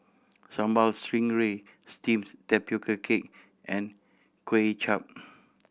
Sambal Stingray steamed tapioca cake and Kuay Chap